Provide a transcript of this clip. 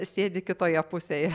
sėdi kitoje pusėje